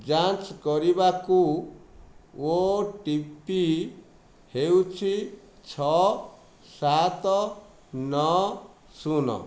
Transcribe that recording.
ଯାଞ୍ଚ୍ କରିବାକୁ O T P ହେଉଛି ଛଅ ସାତ ନଅ ଶୂନ